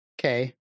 Okay